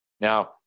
Now